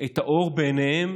את האור בעיניהם